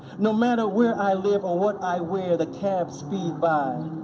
no matter where i live or what i wear, the cabs speed by,